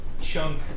chunk